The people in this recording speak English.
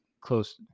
close